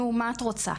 נו מה את רוצה?